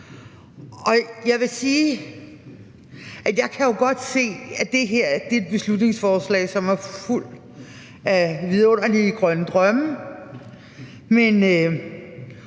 Jeg vil sige, at jeg jo godt kan se, at det her er et beslutningsforslag, som er fuld af vidunderlige grønne drømme,